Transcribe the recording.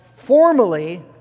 formally